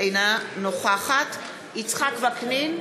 אינה נוכחת יצחק וקנין,